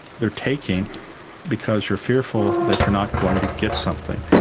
they're taking because you're fearful that you're not going to get something.